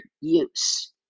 use